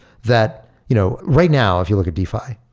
that you know right now if you look at defi,